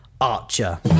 Archer